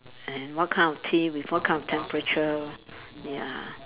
and what kind of tea with what kind of temperature ya